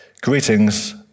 greetings